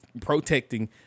protecting